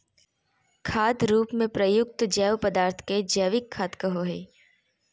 खाद रूप में प्रयुक्त जैव पदार्थ के जैविक खाद कहो हइ